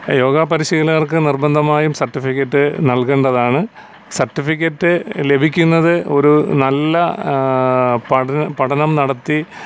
യോഗപരിശീലകർക്ക് നിർബന്ധമായും സർട്ടിഫിക്കറ്റ് നൽകേണ്ടതാണ് സർട്ടിഫിക്കറ്റ് ലഭിക്കുന്നത് ഒരു നല്ല പഠന പഠനം നടത്തി